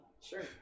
Sure